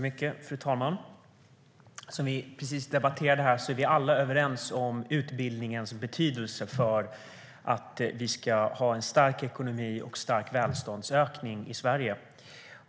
Fru talman! Liksom i den förra debatten är vi alla helt överens om utbildningens betydelse för en stark ekonomi och stark välståndsökning i Sverige.